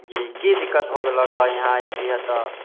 जी की दिक्कत हो गैलक हऽ यहाँ अयली हैन तऽ